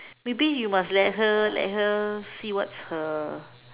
maybe you must let her let her see what's her